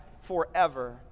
forever